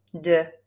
De